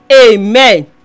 amen